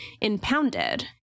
impounded